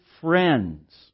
friends